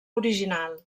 original